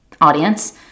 audience